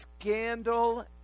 scandal